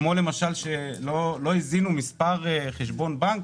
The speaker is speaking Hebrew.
כמו למשל שלא הזינו מספר חשבון בנק.